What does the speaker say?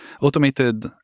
automated